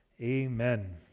Amen